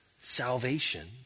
salvation